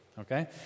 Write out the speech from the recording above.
Okay